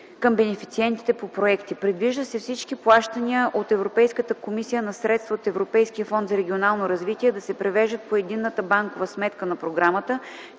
към бенефициентите по проекти. Предвижда се всички плащания от Европейската комисия на средства от Европейския фонд за регионално развитие да се превеждат по единната банкова сметка на програмата,